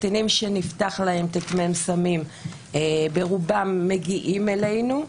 קטינים שנפתח להם ט"מ סמים ברובם מגיעים אלינו.